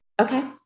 Okay